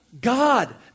god